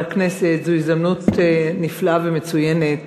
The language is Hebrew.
זו הזדמנות נפלאה ומצוינת